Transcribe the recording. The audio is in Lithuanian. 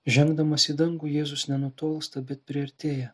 žengdamas į dangų jėzus nenutolsta bet priartėja